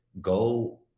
go